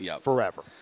forever